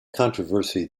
controversy